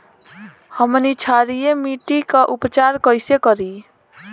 हमनी क्षारीय मिट्टी क उपचार कइसे करी?